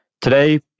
Today